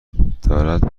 دارد